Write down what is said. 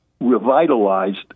Revitalized